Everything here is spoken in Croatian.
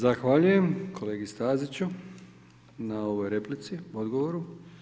Zahvaljujem kolegi Staziću na ovoj replici, odgovoru.